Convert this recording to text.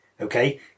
Okay